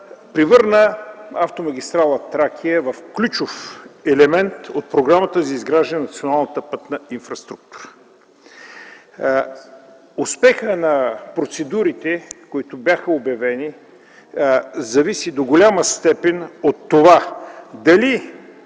превърна автомагистрала „Тракия” в ключов елемент от програмата за изграждане на националната пътна инфраструктура. Успехът на процедурите, които бяха обявени, зависи до голяма степен от това дали